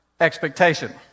expectation